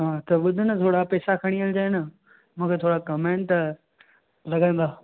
हा त ॿुध न थोरा पैसा खणी हलिजांइ न मूंखे थोरा कमु आहिनि त लॻंदा